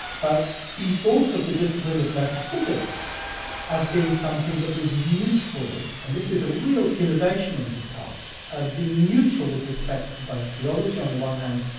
but he thought of the discipline of metaphysics as being something that was neutral, and this is a real innovation on his part, ah being neutral with respect to both theology on the one hand,